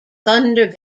thunder